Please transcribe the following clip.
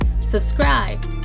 Subscribe